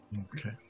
Okay